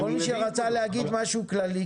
כל מי שרצה להגיד משהו כללי,